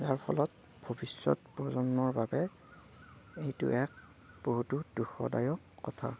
যাৰ ফলত ভৱিষ্যত প্ৰজন্মৰ বাবে এইটো এক বহুতো দুখদায়ক কথা